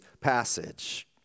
passage